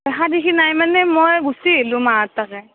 দেখা দেখি নাই মানে মই গুচি আহিলোঁ মাৰ তাতে